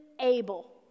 able